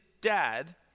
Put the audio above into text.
dad